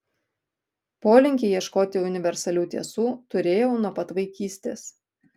polinkį ieškoti universalių tiesų turėjau nuo pat vaikystės